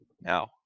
now